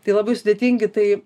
tai labai sudėtingi tai